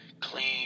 clean